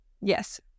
Yes